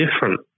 different